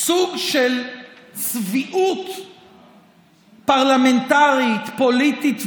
סוג של צביעות פרלמנטרית, פוליטית ואידיאולוגית,